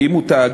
ואם הוא תאגיד,